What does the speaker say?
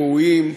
ראויים,